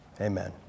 amen